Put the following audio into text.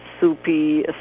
soupy